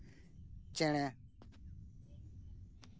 ᱪᱮᱬᱮ